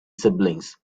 siblings